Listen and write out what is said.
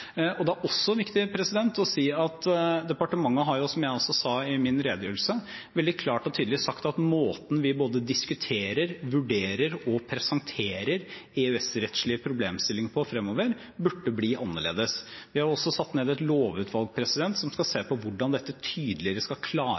Det er også viktig å si at departementet har, som jeg også sa i min redegjørelse, veldig klart og tydelig sagt at måten vi både diskuterer, vurderer og presenterer EØS-rettslige problemstillinger på fremover, bør bli annerledes. Vi har også satt ned et lovutvalg som skal se på hvordan dette tydeligere skal